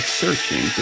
searching